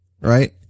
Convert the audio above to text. right